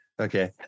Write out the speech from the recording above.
Okay